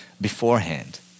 beforehand